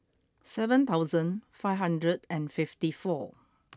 seven thousand five hundred and fifty four